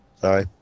Sorry